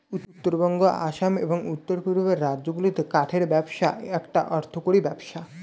উত্তরবঙ্গ, আসাম, এবং উওর পূর্বের রাজ্যগুলিতে কাঠের ব্যবসা একটা অর্থকরী ব্যবসা